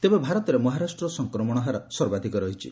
ତେବେ ଭାରତରେ ମହାରାଷ୍ଟର ସଂକ୍ରମଣ ହାର ସର୍ବାଧିକ ରହିଛି